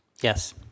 Yes